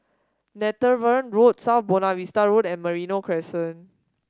Netheravon Road South Buona Vista Road and Merino Crescent